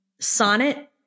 Sonnet